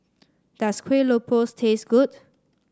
does Kueh Lopes taste good